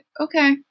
Okay